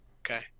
Okay